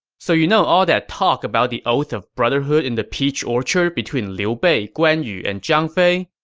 so you know all that talk about the oath of brotherhood in the peach orchard between liu bei, guan yu, and zhang fei?